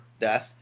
death